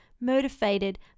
motivated